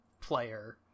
player